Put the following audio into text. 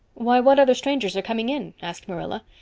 why, what other strangers are coming in? asked marilla.